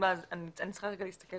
צריכה לבדוק.